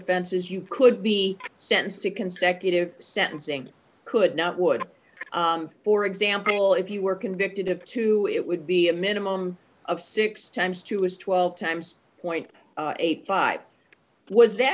offenses you could be sent to consecutive sentencing could not would for example if you were convicted of two it would be a minimum of six times two is twelve times point eighty five was that